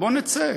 בוא נצא.